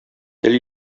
тел